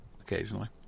occasionally